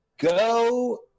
go